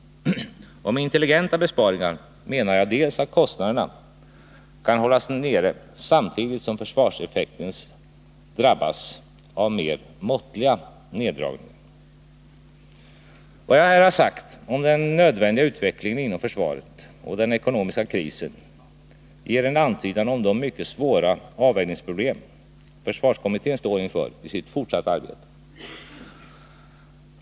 Och med intelligenta besparingar menar jag att kostnaderna har kunnat hållas nere samtidigt som försvarseffekten drabbats av mer måttliga neddragningar. Vad jag här sagt om den nödvändiga utvecklingen inom försvaret och den ekonomiska krisen ger en antydan om de mycket svåra avvägningsproblem som försvarskommittén står inför i sitt fortsatta arbete.